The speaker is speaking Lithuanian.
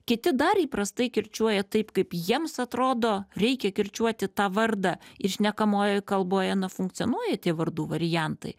kiti dar įprastai kirčiuoja taip kaip jiems atrodo reikia kirčiuoti tą vardą ir šnekamojoj kalboje na funkcionuoja tie vardų variantai